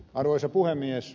arvoisa puhemies